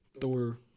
Thor